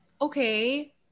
Okay